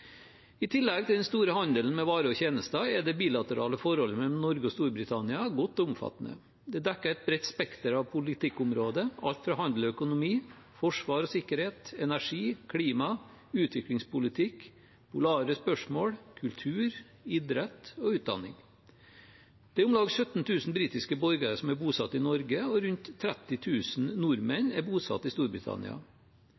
I tillegg til den store handelen med varer og tjenester er det bilaterale forholdet mellom Norge og Storbritannia godt og omfattende. Det dekker et bredt spekter av politikkområder, alt fra handel og økonomi, forsvar og sikkerhet, energi, klima, utviklingspolitikk, polare spørsmål til kultur, idrett og utdanning. Det er om lag 17 000 britiske borgere som er bosatt i Norge, og rundt